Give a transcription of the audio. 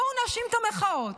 בואו נאשים את המחאות,